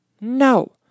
No